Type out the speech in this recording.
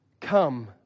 Come